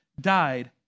died